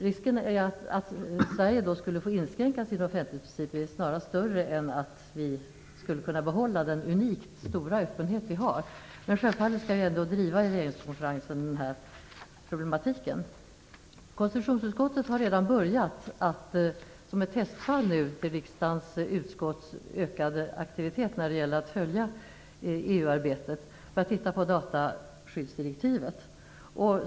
Risken att Sverige då skulle få inskränka sin offentlighetsprincip är snarare större än chansen att vi skulle kunna behålla den unikt stora öppenhet som vi har. Självfallet skall vi ändå driva denna problematik inför regeringskonferensen. Konstitutionsutskottet har redan börjat med att följa upp dataskyddsdirektivet, som ett testfall i fråga om riksdagens utskotts ökade aktivitet när det gäller att följa EU-arbetet.